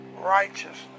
righteousness